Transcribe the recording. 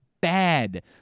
bad